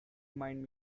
remind